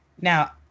Now